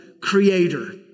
creator